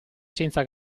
senza